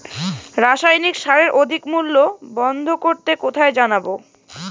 রাসায়নিক সারের অধিক মূল্য বন্ধ করতে কোথায় জানাবো?